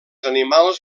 animals